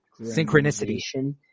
Synchronicity